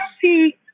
see